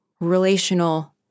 relational